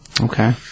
Okay